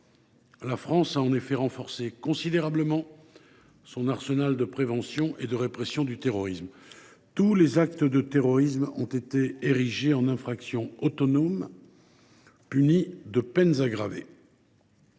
la France a considérablement renforcé son arsenal de prévention et de répression du terrorisme. Tous les actes de terrorisme ont été érigés en infractions autonomes punies de peines aggravées.